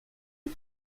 you